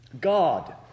God